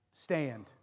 Stand